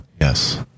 Yes